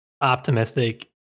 optimistic